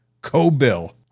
Co-Bill